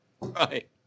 Right